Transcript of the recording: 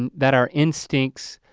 and that our instincts,